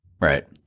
right